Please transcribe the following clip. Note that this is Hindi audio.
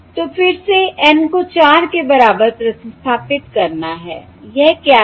तो फिर से N को 4 के बराबर प्रतिस्थापित करना है यह क्या है